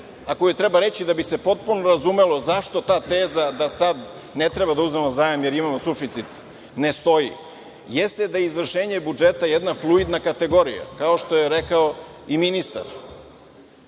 a koju treba reći da bi se potpuno razumelo zašto ta teza da sad ne treba da uzmemo zajam jer imamo suficit ne stoji, jeste da izvršenje budžeta je jedna fluidna kategorija, kao što je rekao i ministar.